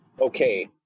okay